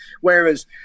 whereas